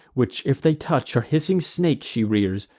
which if they touch, her hissing snakes she rears,